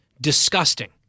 disgusting